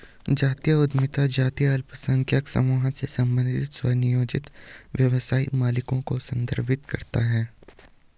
जातीय उद्यमिता जातीय अल्पसंख्यक समूहों से संबंधित स्वनियोजित व्यवसाय मालिकों को संदर्भित करती है